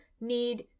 need